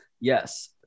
Yes